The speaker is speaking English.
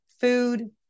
food